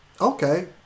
okay